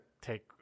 take